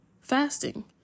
fasting